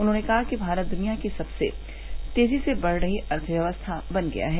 उन्होंने कहा कि भारत द्वनिया की सबसे तेजी से बढ़ रही अर्थव्यवस्था बन गया है